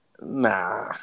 Nah